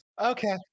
Okay